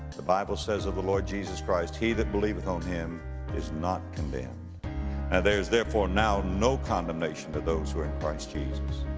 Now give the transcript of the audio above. the bible says of the lord jesus christ, he that believeth on him is not condemned. now and there is therefore now no condemnation to those who are in christ jesus.